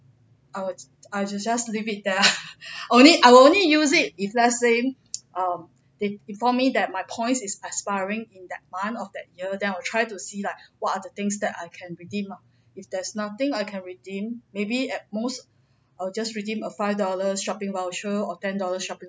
I was I just just leave it there only I'll only use it if let's say um they inform me that my points is expiring in the month of that year then I would try to see like what are the things that I can redeem ah if there's nothing I can redeem maybe at most I'll just redeem a five dollars shopping voucher or ten dollars shopping